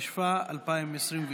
התשפ"א 2021,